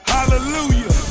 Hallelujah